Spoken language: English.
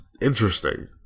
interesting